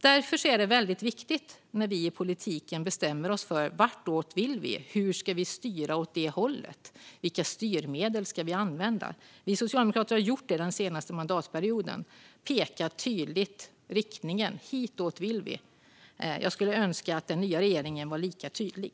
Därför är det viktigt att vi i politiken bestämmer oss för vart vi vill, hur vi ska styra åt det hållet och vilka styrmedel vi ska använda. Vi socialdemokrater har den senaste mandatperioden tydligt pekat i vilken riktning vi vill. Jag skulle önska att den nya regeringen var lika tydlig.